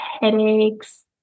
headaches